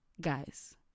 guys